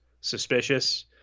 suspicious